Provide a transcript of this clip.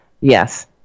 yes